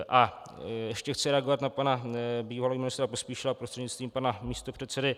A ještě chci reagovat na pana bývalého ministra Pospíšila prostřednictvím pana místopředsedy.